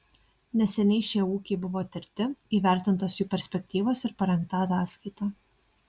neseniai šie ūkiai buvo tirti įvertintos jų perspektyvos ir parengta ataskaita